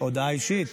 הודעה אישית?